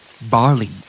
Barley